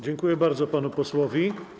Dziękuję bardzo panu posłowi.